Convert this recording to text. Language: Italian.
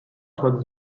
sua